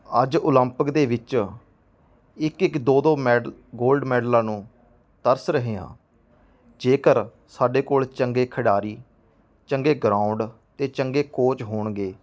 ਅੱਜ ਓਲੰਪਿਕ ਦੇ ਵਿੱਚ ਇੱਕ ਇੱਕ ਦੋ ਦੋ ਮੈਡਲ ਗੋਲਡ ਮੈਡਲਾਂ ਨੂੰ ਤਰਸ ਰਹੇ ਹਾਂ ਜੇਕਰ ਸਾਡੇ ਕੋਲ ਚੰਗੇ ਖਿਡਾਰੀ ਚੰਗੇ ਗਰਾਉਂਡ ਅਤੇ ਚੰਗੇ ਕੋਚ ਹੋਣਗੇ